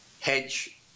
hedge